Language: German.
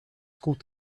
gut